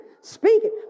speaking